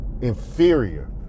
inferior